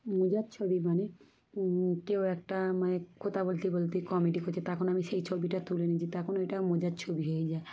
মজার ছবি মানে কেউ একটা মানে কথা বলতে বলতে কমেডি করছে তখন আমি সেই ছবিটা তুলে নিয়েছি তখন ওইটা মজার ছবি হয়ে যায়